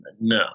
No